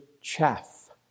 chaff